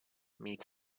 meets